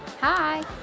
Hi